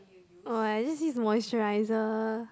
!wah! this is moisturiser